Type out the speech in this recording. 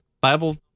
bible